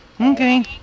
Okay